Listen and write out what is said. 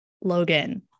logan